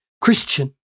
Christian